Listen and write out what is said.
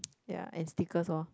ya and stickers orh